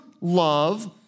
love